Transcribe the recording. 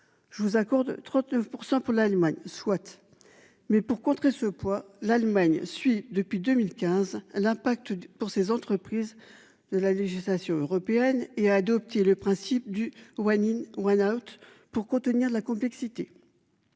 Je vous accorde 39% pour l'Allemagne souhaite. Mais pour contrer ce poids l'Allemagne suit depuis 2015 l'impact pour ces entreprises de la législation européenne et a adopté le principe du One I One out pour contenir la complexité.